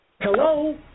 Hello